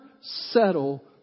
settle